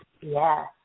Yes